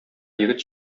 егет